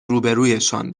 روبهرویشان